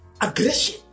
aggression